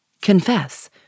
Confess